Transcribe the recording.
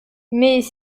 mais